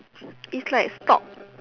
is like stock